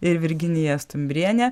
ir virginija stumbrienė